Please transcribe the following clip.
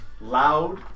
Loud